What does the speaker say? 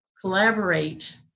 collaborate